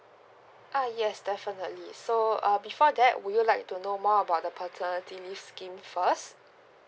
ah yes definitely so um before that would you like to know more about the paternity scheme first